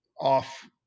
Off